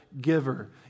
giver